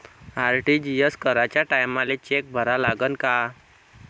RTGS कराच्या टायमाले cheque भरा लागन का?